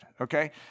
okay